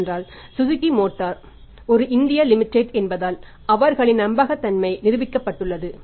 ஏனெனில் Suzuki Motors ஒரு India Limited என்பதால் அவர்களின் நம்பகத்தன்மை நிரூபிக்கப்பட்டுள்ளது